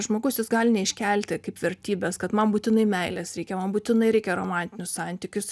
žmogus jis gali neiškelti kaip vertybės kad man būtinai meilės reikia man būtinai reikia romantinių santykių